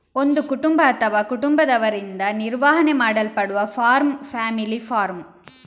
ಒಂದು ಕುಟುಂಬ ಅಥವಾ ಕುಟುಂಬದವರಿಂದ ನಿರ್ವಹಣೆ ಮಾಡಲ್ಪಡುವ ಫಾರ್ಮ್ ಫ್ಯಾಮಿಲಿ ಫಾರ್ಮ್